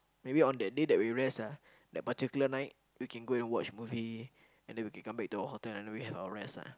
maybe on that day that we rest ah the particular night we can go and watch movie and then we can come back to our hotel and we have our rest ah